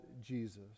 Jesus